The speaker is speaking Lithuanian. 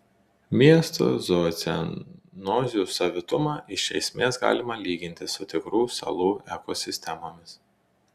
miesto zoocenozių savitumą iš esmės galima lyginti su tikrų salų ekosistemomis